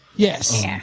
Yes